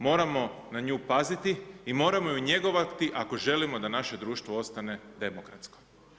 Moramo na nju paziti i moramo ju njegovati ako želimo da naše društvo ostane demokratsko.